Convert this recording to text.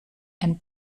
and